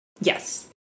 Yes